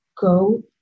Go